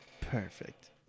Perfect